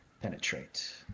penetrate